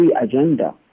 agenda